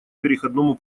переходному